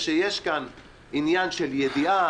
ברור לנו שיש להם מרחב הרבה יותר רחב מכול אחד אחר.